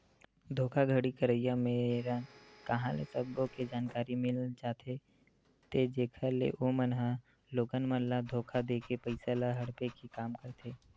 धोखाघड़ी करइया मेरन कांहा ले सब्बो के जानकारी मिल जाथे ते जेखर ले ओमन ह लोगन मन ल धोखा देके पइसा ल हड़पे के काम करथे